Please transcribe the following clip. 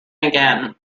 again